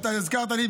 הזכרת לי,